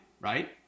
right